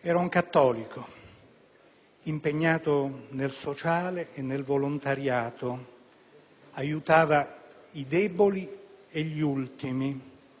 Era un cattolico, impegnato nel sociale e nel volontariato. Aiutava i deboli e gli ultimi.